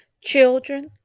Children